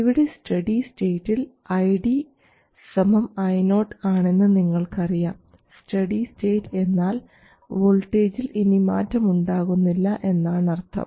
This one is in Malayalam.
ഇവിടെ സ്റ്റഡി സ്റ്റേറ്റിൽ ID Io ആണെന്ന് നിങ്ങൾക്കറിയാം സ്റ്റഡി സ്റ്റേറ്റ് എന്നാൽ വോൾട്ടേജിൽ ഇനി മാറ്റമുണ്ടാകുന്നില്ല എന്നാണ് അർത്ഥം